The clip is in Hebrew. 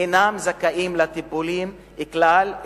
אינם זכאים לטיפולים כלל,